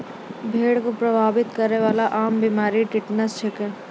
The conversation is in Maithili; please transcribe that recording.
भेड़ क प्रभावित करै वाला आम बीमारी टिटनस छिकै